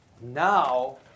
Now